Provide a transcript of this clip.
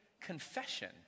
Confession